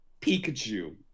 pikachu